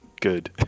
good